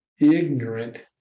ignorant